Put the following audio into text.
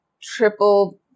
triple